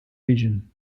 region